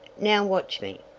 now watch me!